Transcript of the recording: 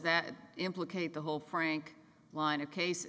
that implicate the whole frank line of case